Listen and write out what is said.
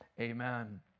amen